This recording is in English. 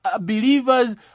believers